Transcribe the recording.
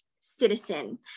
citizen